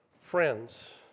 friends